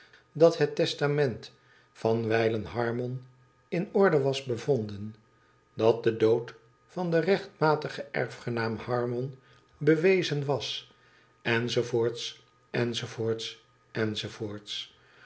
dat het testament van wijlen harmon in orde was bevonden dat de dood van den rechtmatigen erfgenaam harmon bewezen was